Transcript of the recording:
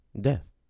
death